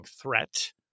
threat